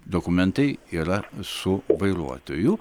dokumentai yra su vairuotoju